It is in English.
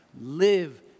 Live